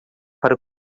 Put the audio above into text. para